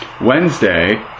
Wednesday